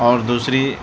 اور دوسری